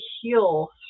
heal